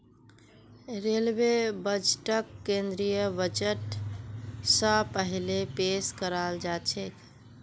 railway बजटक केंद्रीय budget स पहिले पेश कराल जाछेक